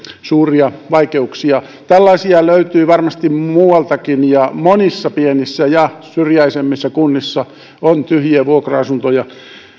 suuria vaikeuksia tällaisia löytyy varmasti muualtakin ja monissa pienissä ja syrjäisemmissä kunnissa on tyhjiä vuokra asuntoja